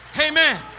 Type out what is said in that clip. Amen